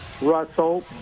Russell